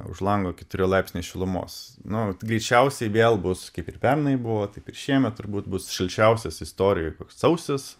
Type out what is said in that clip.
už lango keturi laipsniai šilumos nu greičiausiai vėl bus kaip ir pernai buvo taip ir šiemet turbūt bus šilčiausias istorijoj sausis